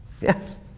Yes